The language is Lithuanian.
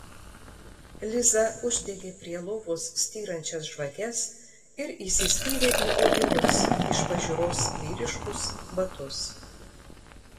liza uždegė prie lovos styrančias žvakes ir įsispyrė į odinius iš pažiūros vyriškus batus